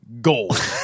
gold